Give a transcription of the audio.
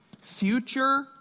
future